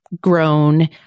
grown